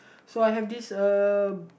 so I have this uh